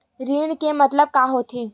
ऋण के मतलब का होथे?